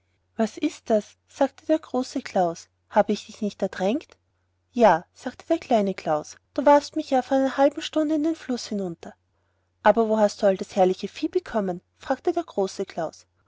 was ist das sagte der große klaus habe ich dich nicht ertränkt ja sagte der kleine klaus du warfst mich ja vor einer kleinen halben stunde in den fluß hinunter aber wo hast du all das herrliche vieh bekommen fragte der große klaus